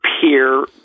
peer